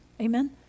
Amen